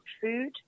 food